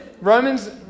Romans